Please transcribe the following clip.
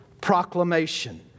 proclamation